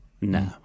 No